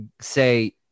say